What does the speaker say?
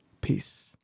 Peace